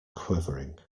quivering